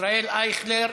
ישראל אייכלר,